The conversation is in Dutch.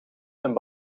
een